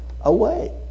away